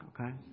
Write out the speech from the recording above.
okay